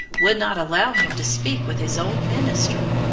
would not allow him to speak with his old minister?